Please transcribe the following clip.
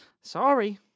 Sorry